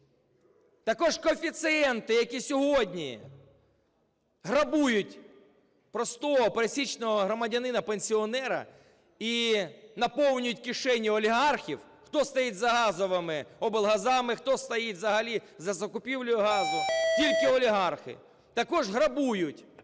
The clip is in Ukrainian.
Також коефіцієнти, які сьогодні грабують простого пересічного громадянина-пенсіонера і наповнюють кишені олігархів. Хто стоїть за газовими облгазами, хто стоїть взагалі за закупівлею газу? Тільки олігархи. Також грабують